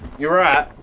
you're right.